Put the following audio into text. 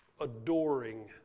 adoring